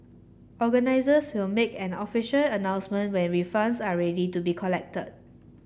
organisers will make an official announcement when refunds are ready to be collected